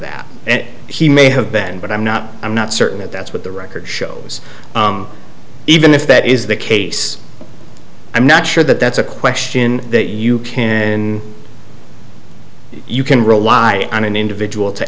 and he may have been but i'm not i'm not certain that that's what the record shows even if that is the case i'm not sure that that's a question that you can win you can rely on an individual to